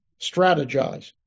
strategize